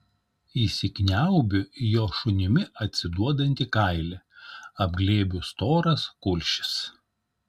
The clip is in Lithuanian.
įsikniaubiu į jo šunimi atsiduodantį kailį apglėbiu storas kulšis